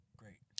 great